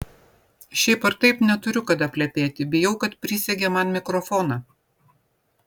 šiaip ar taip neturiu kada plepėti bijau kad prisegė man mikrofoną